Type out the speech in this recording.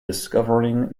discovering